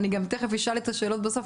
ואני גם תכף אשאל את השאלות בסוף.